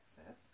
access